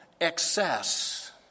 excess